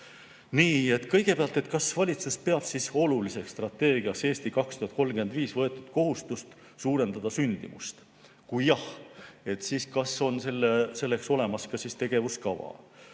Nii et kõigepealt, kas valitsus peab oluliseks strateegias "Eesti 2035" võetud kohustust suurendada sündimust? Kui jah, siis kas on selleks olemas ka tegevuskava?